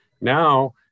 Now –